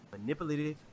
manipulative